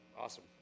Awesome